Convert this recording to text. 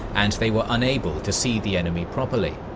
and they were unable to see the enemy properly.